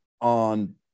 on